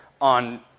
on